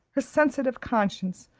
her sensitive conscience,